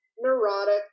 neurotic